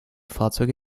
fahrzeuge